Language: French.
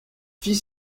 fit